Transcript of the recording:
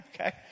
okay